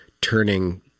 turning